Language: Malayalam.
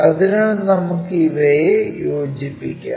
അതിനാൽ നമുക്കു ഇവയെ യോജിപ്പിക്കാം